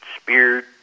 speared